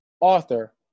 author